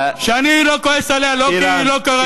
שאני לא כועס עליה, לא כי היא לא קראה את צ'כוב.